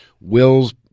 wills